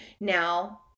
Now